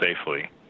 safely